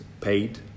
paid